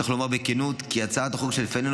צריך לומר בכנות כי הצעת החוק שלפנינו